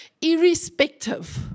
irrespective